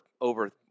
over